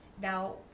now